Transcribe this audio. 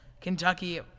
Kentucky